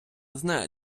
знаю